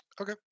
Okay